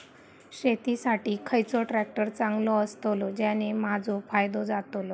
शेती साठी खयचो ट्रॅक्टर चांगलो अस्तलो ज्याने माजो फायदो जातलो?